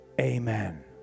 amen